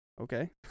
okay